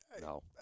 No